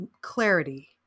clarity